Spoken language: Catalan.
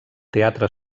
teatre